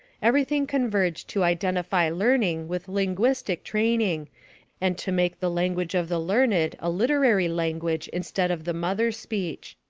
everything converged to identify learning with linguistic training and to make the language of the learned a literary language instead of the mother speech.